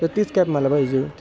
तर तीच कॅब मला पाहिजे